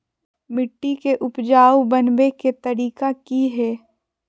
मिट्टी के उपजाऊ बनबे के तरिका की हेय?